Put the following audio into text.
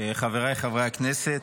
חבריי חברי הכנסת,